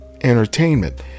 entertainment